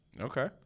Okay